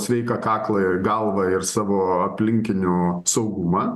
sveiką kaklą ir galvą ir savo aplinkinių saugumą